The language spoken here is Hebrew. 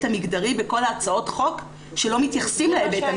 המגדרי בכל הצעות החוק שלא מתייחסות להיבט המגדרי